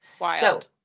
Wild